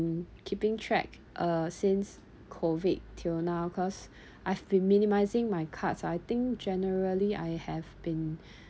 keeping track uh since COVID till now cause I've been minimizing my cards I think generally I have been